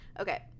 Okay